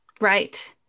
Right